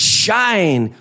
shine